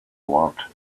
word